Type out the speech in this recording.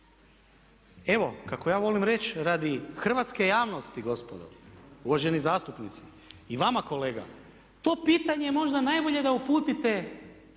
evo kako ja volim reći radi hrvatske javnosti gospodo, uvaženi zastupnici i vama kolega to pitanje možda najbolje da uputite